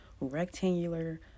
rectangular